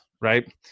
Right